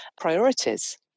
priorities